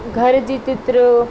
घर जी चित्र